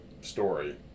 story